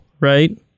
right